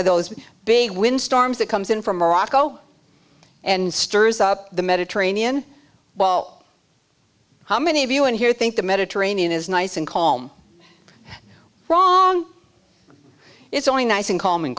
of those big wind storms that comes in from morocco and stirs up the mediterranean well how many of you in here think the mediterranean is nice and calm wrong it's only nice and calm in